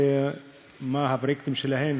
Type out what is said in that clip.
ומה הפרויקטים שלהם,